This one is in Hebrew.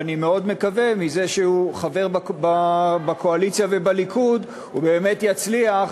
ואני מאוד מקווה שמזה שהוא חבר בקואליציה ובליכוד הוא באמת יצליח